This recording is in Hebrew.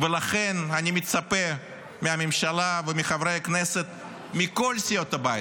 ולכן אני מצפה מהממשלה ומחברי הכנסת מכל סיעות הבית,